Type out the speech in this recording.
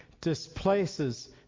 displaces